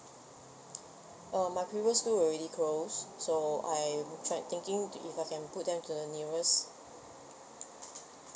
oh my previous school already closed so I am tried thinking if I can put them to the nearest